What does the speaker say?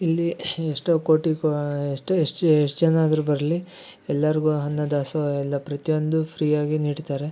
ಇಲ್ಲಿ ಎಷ್ಟೋ ಕೋಟಿ ಗ ಎಷ್ಟು ಎಷ್ಟು ಜನ ಆದರೂ ಬರಲಿ ಎಲ್ಲಾರಿಗು ಅನ್ನ ದಾಸೋಹ ಎಲ್ಲಾ ಪ್ರತಿಯೊಂದು ಫ್ರೀಯಾಗೇ ನೀಡ್ತಾರೆ